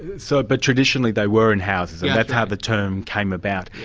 so but traditionally they were in houses, and that's how the term came about.